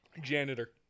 Janitor